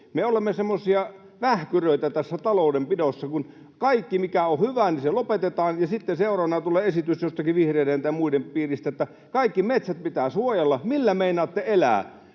Me olemme semmoisia vähkyröitä tässä taloudenpidossa, kun kaikki, mikä on hyvää, lopetetaan ja sitten seuraavana tulee esitys jostakin vihreiden tai muiden piiristä, että kaikki metsät pitää suojella. Millä meinaatte elää?